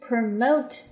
Promote